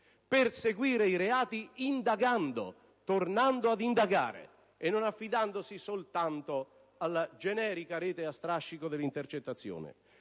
perseguire indagando, tornando ad indagare, e non affidandosi soltanto alla generica rete a strascico delle intercettazioni.